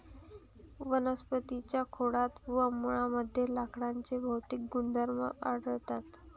वनस्पतीं च्या खोडात व मुळांमध्ये लाकडाचे भौतिक गुणधर्म आढळतात